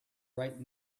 right